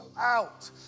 out